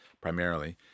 primarily